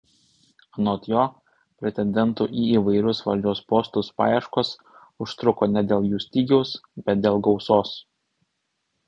anot jo pretendentų į įvairius valdžios postus paieškos užtruko ne dėl jų stygiaus bet dėl gausos